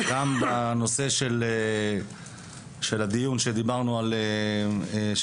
גם בנושא של הדיון שציינת